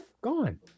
gone